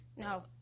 No